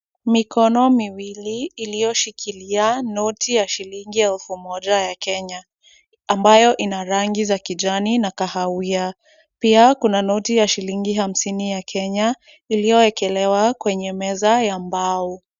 Mikono miwili iliyoshikilia noti ya shilingi elfu moja ya Kenya ambayo ina rangi za kijani na kahawia. Pia kuna noti ya shilingi hamsini ya Kenya iliyoekelewa kwenye meza ya mbao.